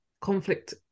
conflict